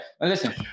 listen